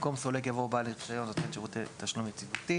במקום "סולק" יבוא "בעל רישיון נותן שירותי תשלום יציבותי".